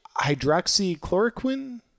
hydroxychloroquine